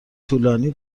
طولانی